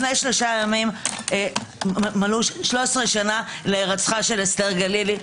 לפני 3 ימים מלאו 13 שנה להירצחה של אסתר גלילי.